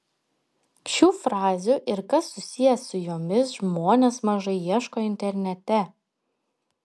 šių frazių ir kas susiję su jomis žmonės mažai ieško internete